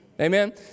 Amen